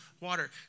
water